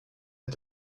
est